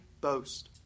boast